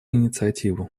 инициативу